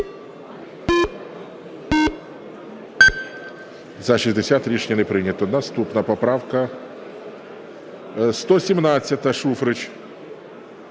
За-60 Рішення не прийнято. Наступна поправка 117. Шуфрич.